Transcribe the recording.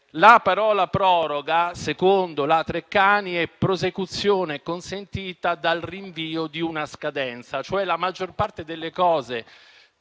la parola «proroga» secondo l'Enciclopedia Treccani è la prosecuzione consentita dal rinvio di una scadenza: la maggior parte delle cose